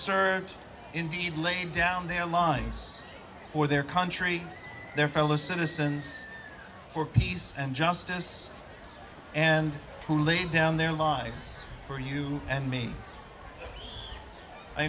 and indeed lay down their minds for their country their fellow citizens for peace and justice and who laid down their lives for you and me i